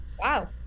Wow